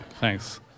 Thanks